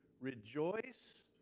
Rejoice